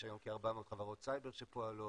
יש היום כ-400 חברות סייבר שפועלות.